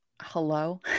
hello